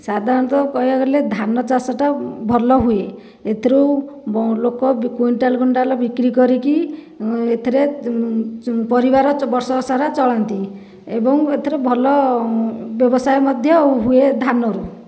ସାଧାରଣତଃ କହିବାକୁ ଗଲେ ଧାନ ଚାଷ ଟା ଭଲ ହୁଏ ଏଥିରୁ ଲୋକ କୁଇଣ୍ଟାଲ କୁଇଣ୍ଟାଲ ବିକ୍ରି କରିକି ଏଥିରେ ପରିବାର ବର୍ଷକ ସାରା ଚଳନ୍ତି ଏବଂ ଏଥିରୁ ଭଲ ବ୍ୟବସାୟ ମଧ୍ୟ ହୁଏ ଧାନରୁ